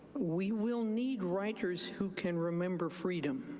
we will need writers who can remember freedom,